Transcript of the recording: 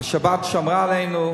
השבת שמרה עלינו,